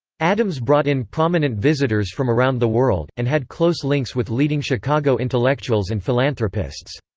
addams brought in prominent visitors from around the world, and had close links with leading chicago intellectuals and philanthropists.